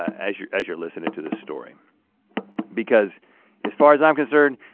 as you're as you're listening to this story because as far as i'm concerned,